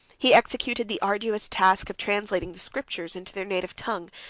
he executed the arduous task of translating the scriptures into their native tongue,